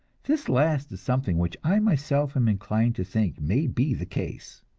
this last is something which i myself am inclined to think may be the case.